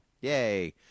Yay